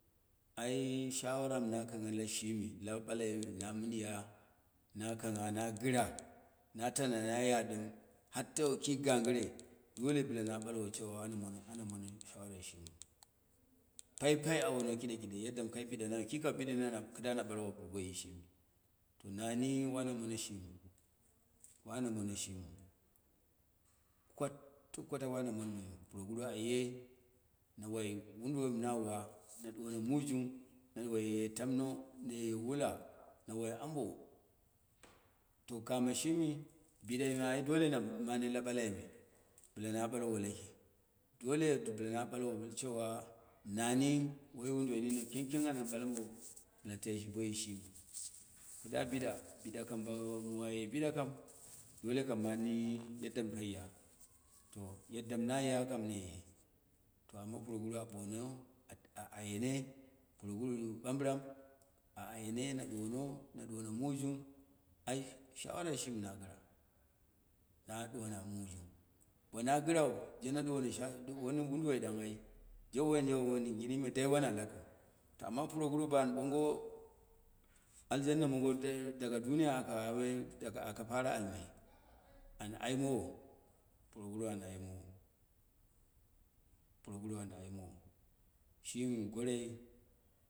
Ai shawara mi na kangha yi shi la buku mɨnya, na kangha na gɨra, na tana naya ɗim har do kii gagɨre dole bɨla na balwo cewa ana none shawarai shimiu paipai awno kide kide yadda kai bidung ki kabidene kɨdu na balwo boishimi to nani wane mone shimɨu, wane mone shimiu kot kwata kwata wana mone shimiu, proguru aye na wai wunduwai na wa, na duwamo muu jung, naye tumno, naye wula, na wai ambo, to kamo shimi bidai me ai dole na mare lu balai bila na ɓalwo laki dole bɨla na balwo cewa nani wai wunduwai ki mijaldi na teshe boi shimiu, kida biɗa bɨɗa kam ah muu aye bida kam dole ka manni yadda kaiya, to yadda mɨ naya gɨn me, to amma proguru a boni, a ayene, proguru mɨ ɓam bɨ ronu a ayene na duwono mu, na duwano muu jing ai shawarai shimi na gɨra, na duwana maa jung, bona gɨrau jena duwano sha, wunduwai ɗang ai je wuduwai gɨnme dai wana lakiu to amma proguur bo an bongo aljanna mongo duga dunuya aka, aka pare almai, an aimowo proguru an aimowo, proguru au aimowo, shimi goroi.